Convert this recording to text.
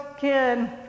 kid